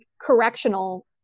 correctional